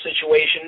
situation